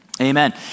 Amen